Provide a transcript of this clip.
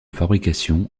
fabrication